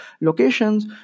locations